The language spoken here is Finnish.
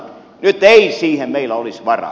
nyt ei siihen meillä olisi varaa